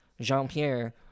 Jean-Pierre